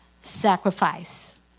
sacrifice